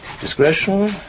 discretion